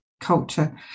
culture